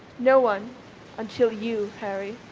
no one until you, harry.